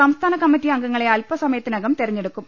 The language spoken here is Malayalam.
സംസ്ഥാനകമ്മറ്റി അംഗ ങ്ങളെ അല്പസമയത്തിനകം തെരഞ്ഞെടുക്കും